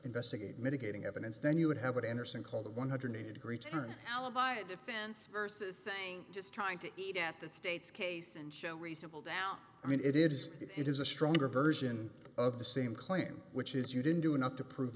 investigate mitigating evidence then you would have it anderson called a one hundred eighty degree turn alibi of defense versus saying just trying to eat at the state's case and show reasonable doubt i mean it is it is a stronger version of the same claim which is you didn't do enough to prove